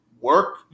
work